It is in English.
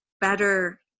better